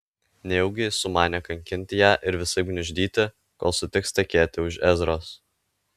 nejaugi jis sumanė kankinti ją ir visaip gniuždyti kol sutiks tekėti už ezros